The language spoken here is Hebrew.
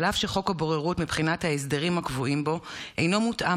אף שחוק הבוררות מבחינת ההסדרים הקבועים בו אינו מותאם